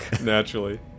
Naturally